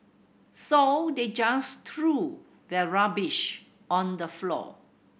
so they just threw their rubbish on the floor